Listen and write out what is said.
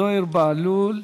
זוהיר בהלול.